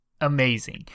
amazing